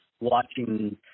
watching